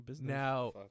now